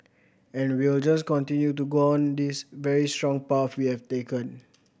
and we'll just continue to go on this very strong path we have taken